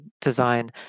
design